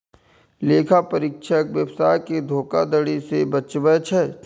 लेखा परीक्षक व्यवसाय कें धोखाधड़ी सं बचबै छै